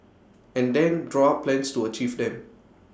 and then draw up plans to achieve them